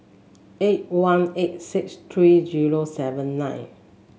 eight one eight six three zero seven nine